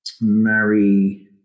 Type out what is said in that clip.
marry